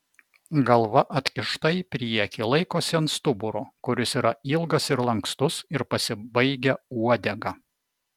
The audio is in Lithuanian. galva atkišta į priekį laikosi ant stuburo kuris yra ilgas ir lankstus ir pasibaigia uodega